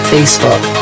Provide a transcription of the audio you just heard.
Facebook